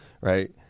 right